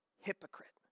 hypocrite